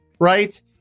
right